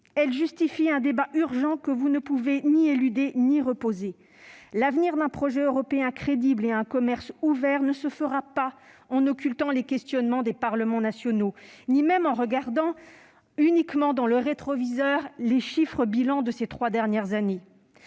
Elles justifient un débat urgent, que vous ne pouvez ni éluder ni repousser. L'avenir d'un projet européen crédible et d'un commerce ouvert ne se fera pas en occultant les questionnements des parlements nationaux ni même en se contentant de regarder dans le rétroviseur les bilans chiffrés de ces trois dernières années.